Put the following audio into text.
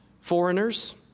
foreigners